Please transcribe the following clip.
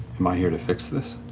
am i here to fix this?